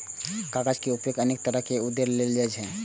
कागज के उपयोग अनेक तरहक उद्देश्य लेल कैल जाइ छै